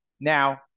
Now